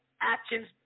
actions